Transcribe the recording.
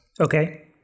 Okay